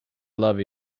love